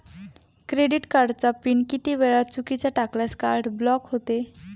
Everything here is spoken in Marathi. क्रेडिट कार्डचा पिन किती वेळा चुकीचा टाकल्यास कार्ड ब्लॉक होते?